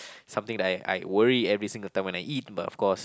something that I I worry every single time when I eat but of course